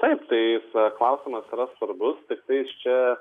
taip tai klausimas yra svarbus tiktais čia